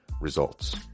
results